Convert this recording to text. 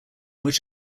which